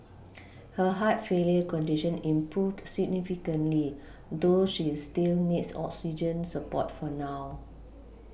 her heart failure condition improved significantly though she is still needs oxygen support for now